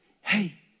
Hey